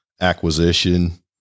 acquisition